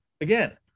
Again